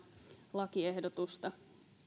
lakiehdotusta